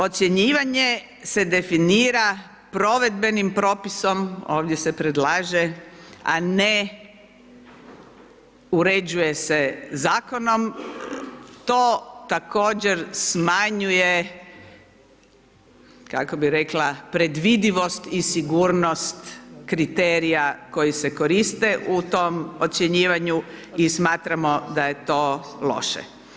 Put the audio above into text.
Ocjenjivanje se definira provedbenim propisom, ovdje se predlaže, a ne uređuje se Zakonom, to također smanjuje, kako bi rekla, predvidivost i sigurnost kriterija koji se koriste u tom ocjenjivanju i smatramo da je to loše.